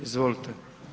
Izvolite.